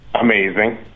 Amazing